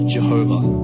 Jehovah